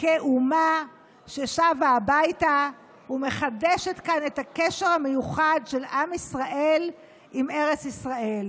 כאומה ששבה הביתה ומחדשת כאן את הקשר המיוחד של עם ישראל עם ארץ ישראל.